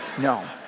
no